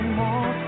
more